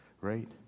Right